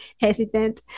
hesitant